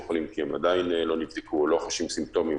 חולים כי הם עדיין לא נבדקו או לא חשים סימפטומים,